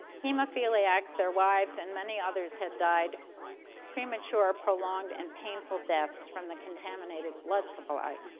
hemophiliacs, their wives, and many others had died premature, prolonged and painful deaths, from the contaminated blood supply.